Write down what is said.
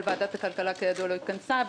אבל ועדת הכללה כידוע לא התכנסה.